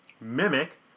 Mimic